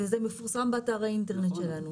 וזה מפורסם באתר האינטרנט שלנו.